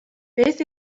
beth